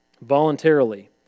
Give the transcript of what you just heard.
voluntarily